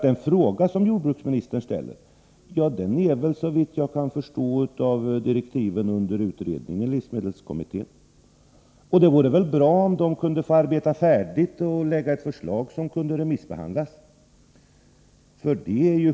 Den fråga som jordbruksministern tar upp är nämligen, såvitt jag kan förstå av direktiven, under utredning i livsmedelskommittén, och det vore väl bra om den kunde få arbeta färdigt och lägga fram ett förslag som kunde remissbehandlas.